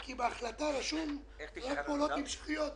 כי בהחלטה רשום: רק פעולות המשכיות.